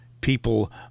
people